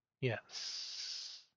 Yes